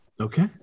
okay